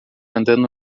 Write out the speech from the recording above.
andando